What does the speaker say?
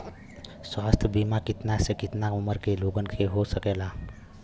स्वास्थ्य बीमा कितना से कितना उमर के लोगन के हो सकेला?